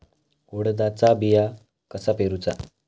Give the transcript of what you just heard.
उडदाचा बिया कसा पेरूचा?